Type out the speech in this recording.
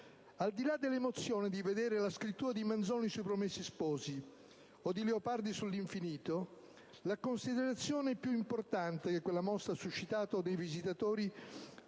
Al di là dell'emozione di vedere la scrittura di Manzoni sui «Promessi sposi» o di Leopardi su «L'infinito», la considerazione più importante che quella mostra ha suscitato nei visitatori